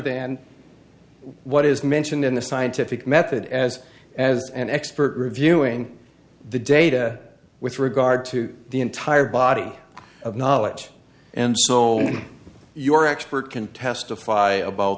than what is mentioned in the scientific method as as an expert reviewing the data with regard to the entire body of knowledge and so your expert can testify about